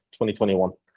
2021